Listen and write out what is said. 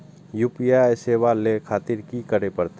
UPI सेवा ले खातिर की करे परते?